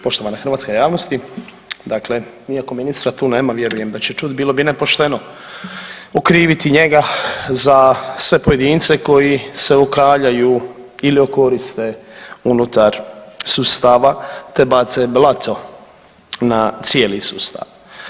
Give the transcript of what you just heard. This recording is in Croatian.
Poštovan hrvatska javnosti, dakle iako ministra tu nema vjerujem da će čuti, bilo bi nepošteno okriviti njega za sve pojedince koji se okaljaju ili okoriste unutar sustava te bace blato na cijeli sustav.